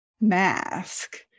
mask